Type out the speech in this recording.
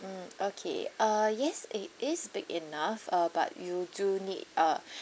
mm okay uh yes it is big enough uh but you do need uh